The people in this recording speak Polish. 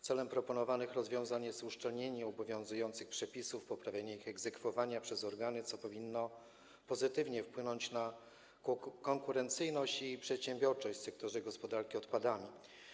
Celem proponowanych rozwiązań jest uszczelnienie obowiązujących przepisów oraz poprawianie poziomu ich egzekwowania przez organy, co powinno pozytywnie wpłynąć na konkurencyjność i przedsiębiorczość w sektorze gospodarki odpadami.